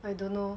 I don't know